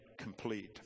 complete